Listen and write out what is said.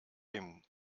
dem